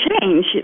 change